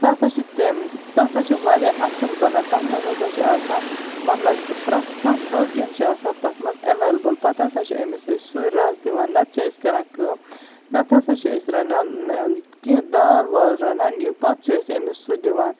سُہ ہَسا چھُ تمہ سُہ ہَسا چھُ واریاہ اصٕل بَنان تتھ منٛز ہَسا چھُ آسان مَطلَب کہِ پرٮ۪تھ کانٛہہ پروٹیٖن چھُ آسان تتھ مَنٛز ایٚولیبٕل پَتہٕ ہَسا چھِ أمس أسۍ سُے رَس دِوان نَتہٕ چھِ أسۍ کَران کٲم نَتہٕ ہَسا چھِ أسۍ رَنان کینٛہہ دال وال رَنان پَتہٕ چھِ أسۍ أمس سُہ دِوان